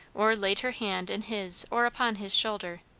or laid her hand in his or upon his shoulder.